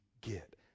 get